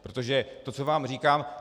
Protože to, co vám říkám...